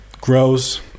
grows